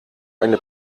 eine